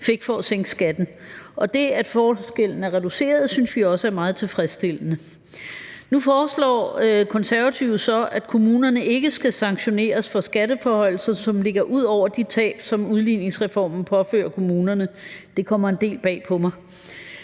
fik, for at sænke skatten. Det, at forskellen er reduceret, synes vi også er meget tilfredsstillende. Nu foreslår De Konservative så, at kommunerne ikke skal sanktioneres for skatteforhøjelser, som ligger ud over de tab, som udligningsreformen påfører kommunerne. Det kommer en del bag på mig.